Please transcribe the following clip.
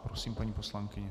Prosím, paní poslankyně.